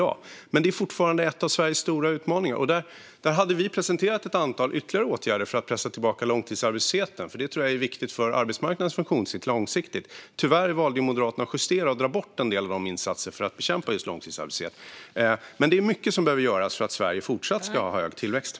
Detta är dock fortfarande en av Sveriges stora utmaningar. Vi presenterade ett antal ytterligare åtgärder för att pressa tillbaka långtidsarbetslösheten. Jag tror att detta är viktigt för arbetsmarknadens funktion långsiktigt. Tyvärr valde Moderaterna att justera och dra bort en del av dessa insatser för att bekämpa långtidsarbetslösheten. Det är mycket som behöver göras för att Sverige fortsatt ska ha hög tillväxt.